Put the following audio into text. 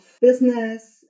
business